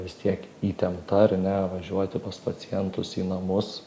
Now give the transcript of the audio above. vis tiek įtempta ar ne važiuoti pas pacientus į namus